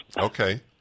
Okay